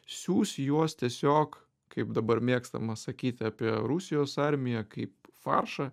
siųs juos tiesiog kaip dabar mėgstama sakyti apie rusijos armiją kaip faršą